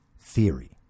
theory